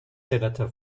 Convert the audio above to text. senator